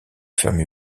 fermer